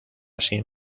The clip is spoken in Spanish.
sin